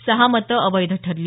सहा मतं अवैध ठरली